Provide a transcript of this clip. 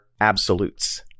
absolutes